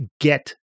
get